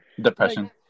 Depression